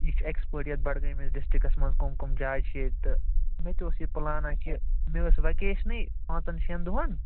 یہِ چھُ اٮ۪کٕسپٲٹ یَتھ بڈگٲمِس ڈِسٹرکس منٛز کٕم کٕم جایہِ چھ ییٚتہِ تہٕ مےٚ تہِ اوس یہِ پٕلانا کہِ مےٚ ٲسۍ وکیشنٕے پانٛژن شیٚن دۄہن